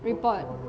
report